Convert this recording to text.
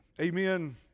amen